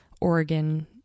Oregon